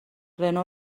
رنو